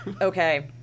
okay